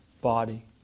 body